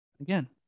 Again